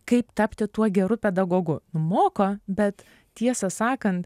kaip tapti tuo geru pedagogu nu moko bet tiesą sakant